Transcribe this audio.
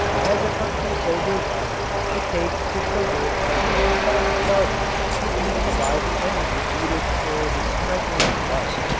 as a country sobers up it takes to sugar as a self-starter to provide the energy needed for the strenuous life.